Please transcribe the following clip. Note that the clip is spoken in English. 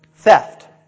Theft